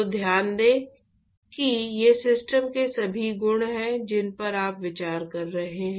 तो ध्यान दें कि ये सिस्टम के सभी गुण हैं जिन पर आप विचार कर रहे हैं